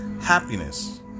happiness